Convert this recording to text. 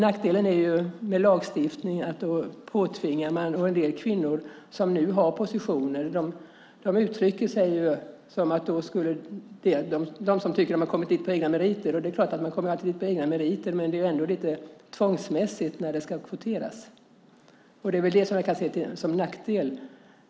Nackdelen med lagstiftning är att kvotering därmed påtvingas. En del av de kvinnor som nu nått positioner tycker att de kommit dit på egna meriter. Det är klart att man alltid kommer dit på egna meriter. Men det blir ändå lite tvångsmässigt när det ska kvoteras. Det är väl det som jag kan se som en nackdel.